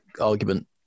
argument